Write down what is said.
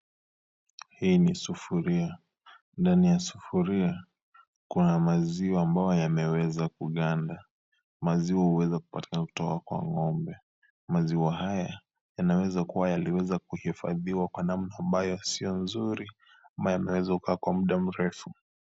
Hii ni sufuria. Ndani ya sufuria kuna maziwa ambayo yameweza kuganda. Maziwa huweza kupatikana kutoka kwa ng’ombe. Maziwa haya yanaweza kuwa yaliifadhiwa kwa namna ambayo sio nzuri, ambayo huwez kuwa kwa muda mrefu.